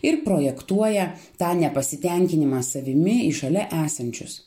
ir projektuoja tą nepasitenkinimą savimi į šalia esančius